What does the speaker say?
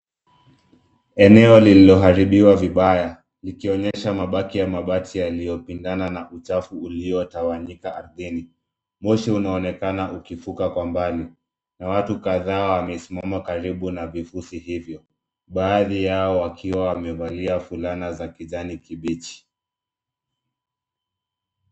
Eneo lililoharibiwa vibaya, likionyesha mabaki ya mabati yaliyopindana na uchafu uliotawanyika ardhini. Moshi unaonekana ukifuka kwa mbali, na watu kadhaa wamesimama karibu na vifusi hivyo. Baadhi yao wakiwa wamevalia fulana za kijani kibichi.